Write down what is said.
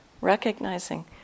Recognizing